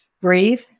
breathe